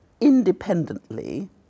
independently